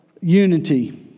Unity